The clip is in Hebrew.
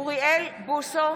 אוריאל בוסו,